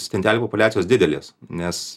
stintelių populiacijos didelės nes